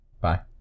Bye